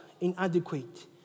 inadequate